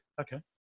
Okay